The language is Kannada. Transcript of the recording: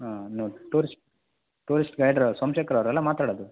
ಹಾಂ ನೀವು ಟೂರಿಸ್ ಟೂರಿಸ್ಟ್ ಗೈಡ್ರ್ ಸೋಮ್ಶೇಖರ್ ಅವ್ರಲ್ಲ ಮಾತಾಡೋದು